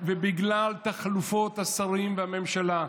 בגלל תחלופות השרים והממשלה,